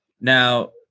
Now